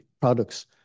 products